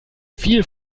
viel